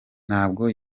ntabwo